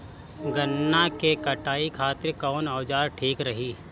गन्ना के कटाई खातिर कवन औजार ठीक रही?